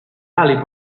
ali